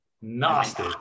Nasty